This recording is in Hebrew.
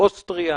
אוסטריה,